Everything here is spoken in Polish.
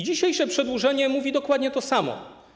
Dzisiejsze przedłożenie mówi dokładnie o tym samym.